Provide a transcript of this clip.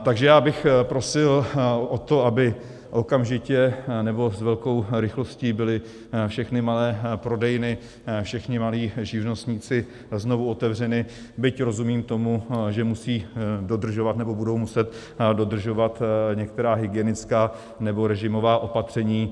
Takže já bych prosil o to, aby okamžitě, nebo velkou rychlostí, byly všechny malé prodejny, všichni malí živnostníci, znovu otevřeny, byť rozumím tomu, že musí nebo budou muset dodržovat některá hygienická nebo režimová opatření.